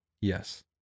Yes